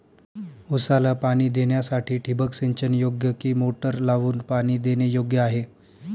ऊसाला पाणी देण्यासाठी ठिबक सिंचन योग्य कि मोटर लावून पाणी देणे योग्य आहे?